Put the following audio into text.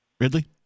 Ridley